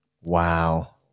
Wow